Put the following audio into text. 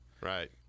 right